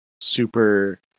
super